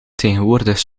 tegenwoordig